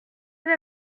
vous